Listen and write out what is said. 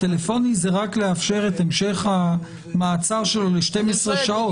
הטלפוני זה רק לאפשר את המשך המעצר שלו ל-12 שעות.